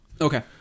Okay